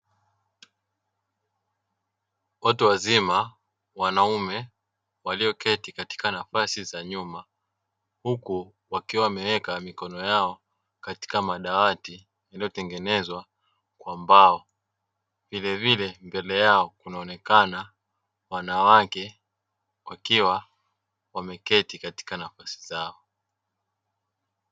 Watu wazima wanaume walioketi katika nafasi za nyuma huku wakiwa wameweka mikono yao katika madawati yaliyotengenezwa kwa mbao; vilevile mbele yao kunaonekana wanawake wakiwa wameketi katika nafasi zao.